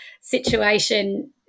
situation